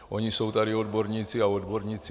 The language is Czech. Oni jsou tady odborníci a odborníci.